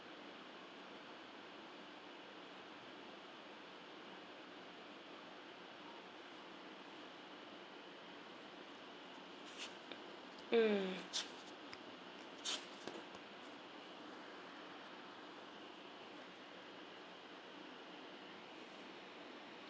mm